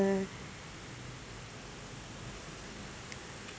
uh